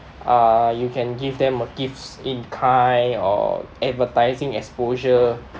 uh you can give them gifts in kind or advertising exposure